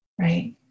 Right